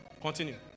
Continue